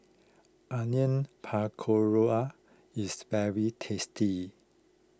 Onion Pakora is very tasty